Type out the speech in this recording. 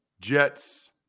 Jets